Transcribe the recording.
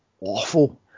awful